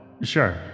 Sure